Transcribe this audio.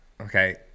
okay